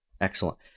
Excellent